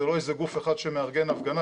זה לא איזה גוף אחד שמארגן הפגנה,